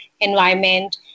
environment